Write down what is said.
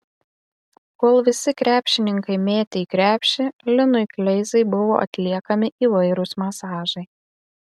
kol visi krepšininkai mėtė į krepšį linui kleizai buvo atliekami įvairūs masažai